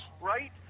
right